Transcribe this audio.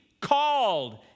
called